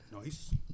nice